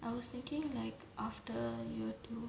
I was thinking like after you had to